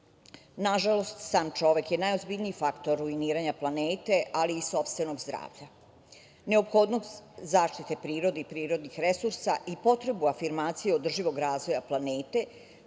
zajednica. Nažalost, sam čovek je najozbiljniji faktor ruiniranja planete, ali i sopstvenog zdravlja. Neophodnost zaštite prirode i prirodnih resursa i potrebu afirmacije održivog razvoja planete